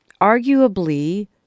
arguably